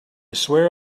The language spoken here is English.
swear